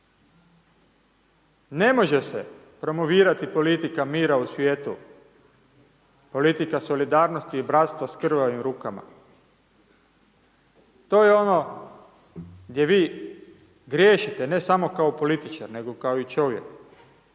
Ne može se promovirati politika mira u svijetu, politika solidarnosti i bratstva s krvavim rukama. To je ono gdje vi griješite, ne samo kao političar, nego kao i čovjek.